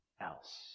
else